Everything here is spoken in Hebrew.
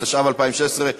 התשע"ו 2016,